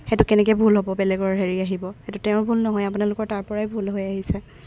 সেইটো কেনেকৈ ভুল হ'ব বেলেগৰ হেৰি আহিব সেইটো তেওঁৰ ভুল নহয় আপোনালোকৰ তাৰপৰাই ভুল হৈ আহিছে